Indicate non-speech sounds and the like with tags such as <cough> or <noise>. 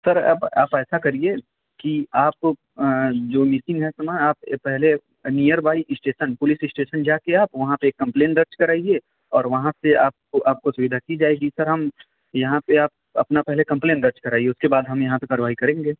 sir अब आप ऐसा करिए कि आप जो मिसिंग है सामान आप ये पहले नियरबाइ इसटेसन पुलिस इसटेसन जा कर आप वहाँ पर एक कंप्लेन दर्ज कराइए और वहाँ से आपको आपको <unintelligible> जाएगी सर हम यहाँ पर आप अपना पहले कंप्लेन दर्ज कराइए उसके बाद हम यहाँ पर कार्यवाई करेंगे